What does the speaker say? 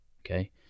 okay